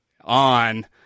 on